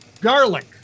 garlic